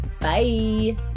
Bye